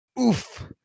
Oof